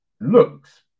looks